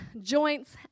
joints